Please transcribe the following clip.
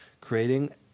creating